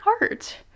art